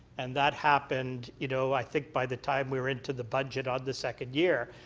and that happened, you know, i think by the time we were into the budget on the second year.